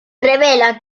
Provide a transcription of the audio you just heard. revela